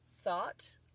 thought